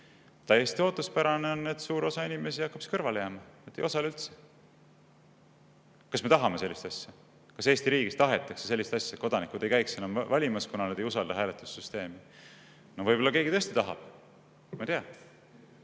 Täiesti ootuspärane on, et suur osa inimesi hakkab kõrvale jääma, ei osale üldse. Kas me tahame sellist asja? Kas Eesti riigis tahetakse sellist asja, et kodanikud ei käiks enam valimas, kuna nad ei usalda hääletussüsteemi? Võib-olla keegi tõesti tahab, ma ei tea.